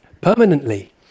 permanently